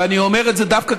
ואני אומר את זה דווקא,